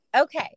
okay